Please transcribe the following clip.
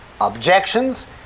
objections